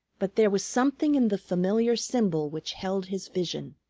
but there was something in the familiar symbol which held his vision.